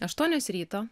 aštuonios ryto